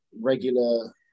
regular